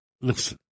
Listen